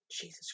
Jesus